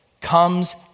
comes